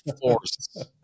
force